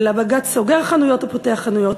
של הבג"ץ סוגר חנויות או פותח חנויות.